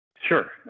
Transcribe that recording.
Sure